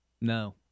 No